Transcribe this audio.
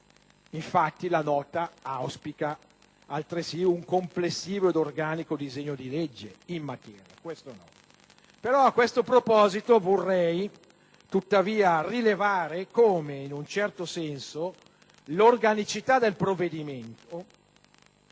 infatti la nota auspica, altresì, un complessivo ed organico disegno di legge in materia. A questo proposito, vorrei rilevare però come, in un certo senso, l'organicità del provvedimento